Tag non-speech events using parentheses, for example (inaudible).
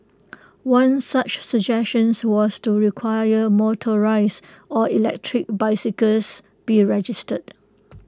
(noise) one such suggestion was to require motorised or electric bicycles be registered